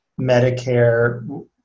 Medicare